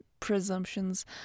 presumptions